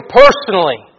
personally